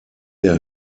der